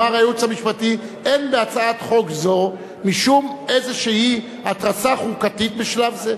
אמר הייעוץ המשפטי: אין בהצעת חוק זו משום איזו התרסה חוקתית בשלב זה.